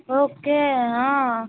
okay ఆ